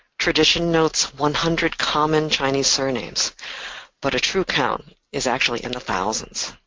tradition notes one hundred common chinese surnames but a true count is actually in the thousands.